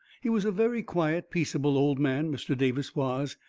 he was a very quiet, peaceable old man, mr. davis was,